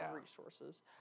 resources